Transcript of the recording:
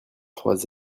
trois